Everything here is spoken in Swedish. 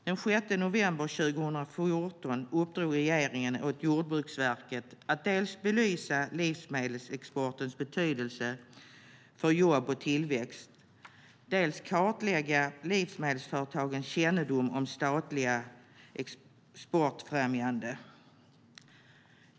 Den 6 november 2014 uppdrog regeringen åt Jordbruksverket att dels belysa livsmedelsexportens betydelse för jobb och tillväxt, dels kartlägga livsmedelsföretagens kännedom om statligt exportfrämjande.